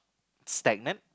stagnant